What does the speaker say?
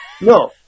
No